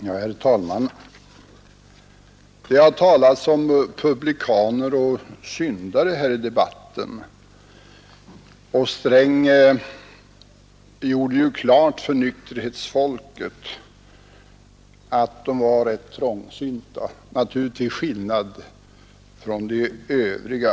Herr talman! Det har talats om publikaner och syndare här i debatten. Herr Sträng gjorde ju klart för nykterhetsfolket att de var rätt trångsynta, naturligtvis till skillnad från de övriga.